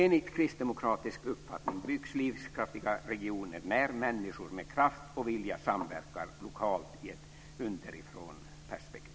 Enligt kristdemokratisk uppfattning byggs livskraftiga regioner när människor med kraft och vilja samverkar lokalt i ett underifrånperspektiv.